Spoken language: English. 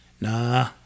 Nah